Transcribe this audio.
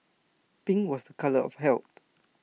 pink was A colour of health